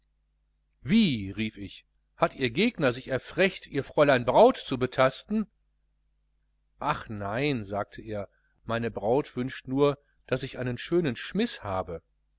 wie rief ich hat ihr gegner sich erfrecht ihr fräulein braut zu betasten ach nein sagte er meine braut wünscht nur daß ich einen schönen schmiß habe